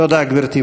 תודה, גברתי.